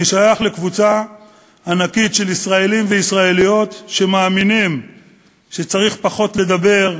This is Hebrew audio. אני שייך לקבוצה ענקית של ישראלים וישראליות שמאמינים שצריך פחות לדבר,